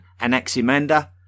Anaximander